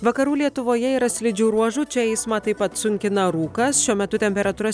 vakarų lietuvoje yra slidžių ruožų čia eismą taip pat sunkina rūkas šiuo metu temperatūra